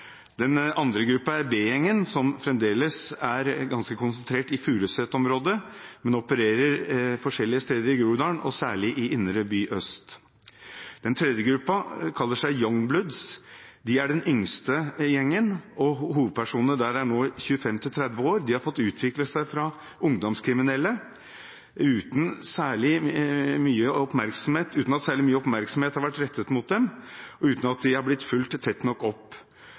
Den andre er B-gjengen, som fremdeles er ganske konsentrert i Furuset-området, men opererer forskjellige steder i Groruddalen, og særlig i indre by øst. Den tredje gruppen kaller seg Young Bloods – det er den yngste gjengen, og hovedpersonene der er nå 25–30 år. De har fått utvikle seg fra ungdomskriminelle uten at særlig mye oppmerksomhet har vært rettet mot dem, og uten at de er blitt fulgt tett nok opp.